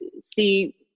see